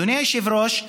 אדוני היושב-ראש,